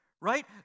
Right